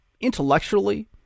intellectually